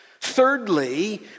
thirdly